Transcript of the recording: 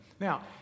Now